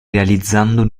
realizzando